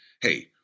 Hey